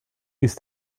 least